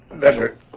Better